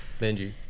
Benji